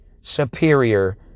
superior